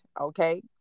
okay